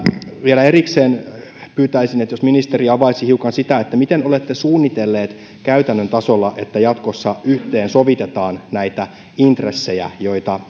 vielä erikseen pyytäisin että jos ministeri avaisi hiukan sitä miten olette suunnitelleet käytännön tasolla että jatkossa yhteensovitetaan näitä intressejä joita